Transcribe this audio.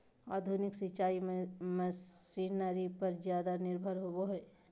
आधुनिक सिंचाई मशीनरी पर ज्यादा निर्भर होबो हइ